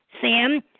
Sam